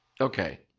Okay